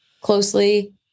closely